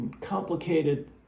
complicated